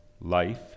life